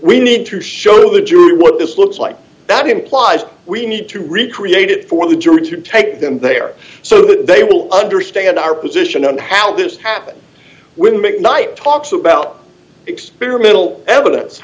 we need to show the jury what this looks like that implies we need to recreate it for the jury to take them there so that they will understand our position on how this happened when mcknight talks about experimental evidence